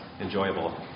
enjoyable